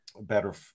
better